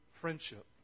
friendship